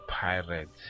Pirates